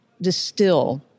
distill